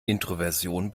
introversion